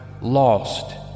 lost